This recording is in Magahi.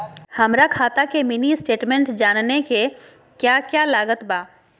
हमरा खाता के मिनी स्टेटमेंट जानने के क्या क्या लागत बा?